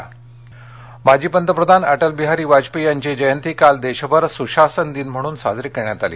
सशासन दिन माजी पंतप्रधान अ ऊ बिहारी वाजपेयी यांची जयंती काल देशभर सुशासन दिन म्हणून साजरी करण्यात आली